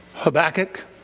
Habakkuk